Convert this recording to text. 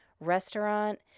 restaurant